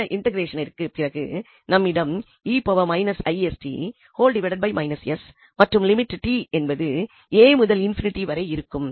இந்த இன்டெக்ரேசனிற்கு பிறகு நம்மிடம் மற்றும் லிமிட் t என்பது a முதல் ∞ வரை இருக்கும்